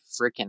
freaking